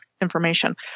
information